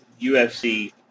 UFC